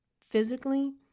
physically